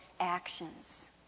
actions